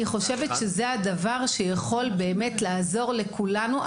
אני חושבת שזה הדבר שיכול באמת לעזור לכולנו.